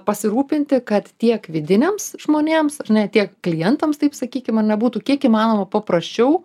pasirūpinti kad tiek vidiniams žmonėms ar ne tiek klientams taip sakykim ane būtų kiek įmanoma paprasčiau